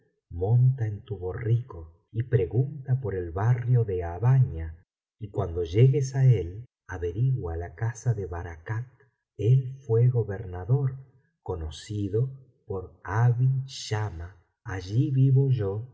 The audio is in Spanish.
monta en tu borrico y pregunta por el barrio de habbania y cuando llegues á él averigua la casa de barakat el que fué gobernador conocido por aby schama allí vivo yo